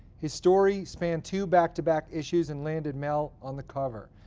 his story spanned two back to back issues, and landed mel on the cover.